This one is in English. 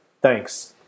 Thanks